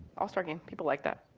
all-star game, people like that.